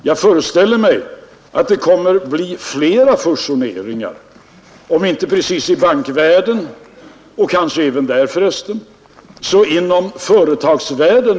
Jag föreställer mig att det kommer att bli flera fusioneringar inom företagsvärlden över huvud taget och kanske även inom bankvärlden.